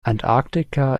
antarktika